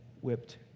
whipped